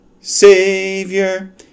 Savior